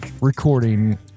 recording